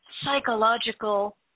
psychological